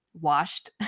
washed